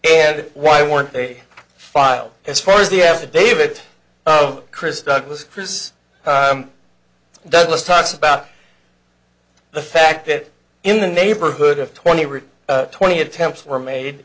and why weren't they filed as far as the affidavit oh chris douglas chris douglas talks about the fact that in the neighborhood of twenty twenty attempts were made